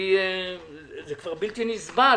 זה כבר בלתי נסבל,